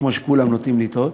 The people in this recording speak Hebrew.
כמו שכולם נוטים לטעות,